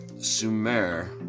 Sumer